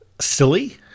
silly